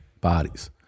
bodies